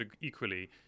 equally